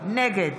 נגד